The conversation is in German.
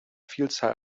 vielzahl